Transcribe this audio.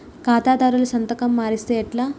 ఖాతాదారుల సంతకం మరిస్తే ఎట్లా?